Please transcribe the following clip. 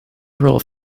rule